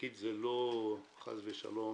פקיד זה לא חס ושלום